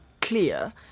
clear